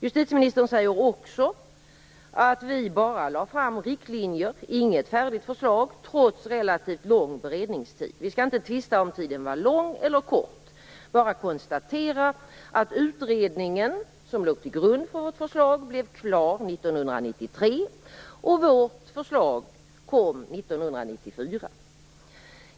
Justitieministern säger också att vi bara lade fram riktlinjer, inget färdigt förslag, trots relativt lång beredningstid. Jag skall inte polemisera om huruvida tiden var lång eller kort, bara konstatera att den utredning som låg till grund för vårt förslag blev klar 1993 och att vårt förslag kom 1994.